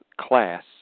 class